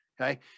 Okay